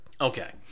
Okay